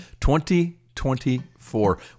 2024